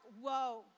whoa